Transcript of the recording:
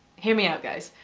hear me out guys.